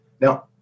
Now